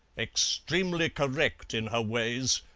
extremely correct in her ways,